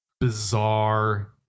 bizarre